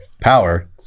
power